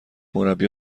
مربی